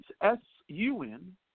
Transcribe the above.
S-U-N